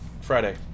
Friday